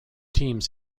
teams